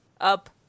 up